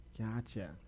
Gotcha